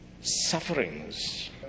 sufferings